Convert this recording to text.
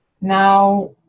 now